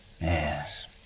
Yes